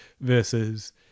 versus